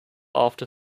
after